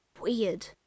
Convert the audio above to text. weird